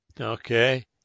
Okay